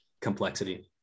complexity